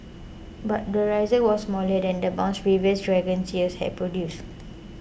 but the rise was smaller than the bounce previous dragon years had produced